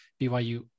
BYU